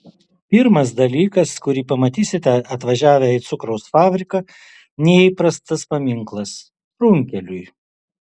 pirmas dalykas kurį pamatysite atvažiavę į cukraus fabriką neįprastas paminklas runkeliui